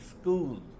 school